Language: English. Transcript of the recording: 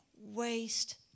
waste